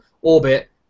orbit